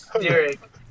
Derek